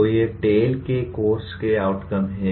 तो ये टेल के कोर्स आउटकम हैं